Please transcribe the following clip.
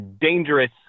dangerous